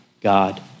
God